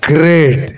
Great